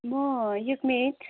म युकमित